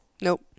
Nope